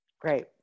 Great